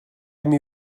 imi